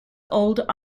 old